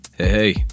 Hey